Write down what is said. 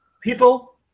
People